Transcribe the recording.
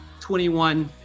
21